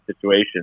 situation